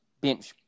bench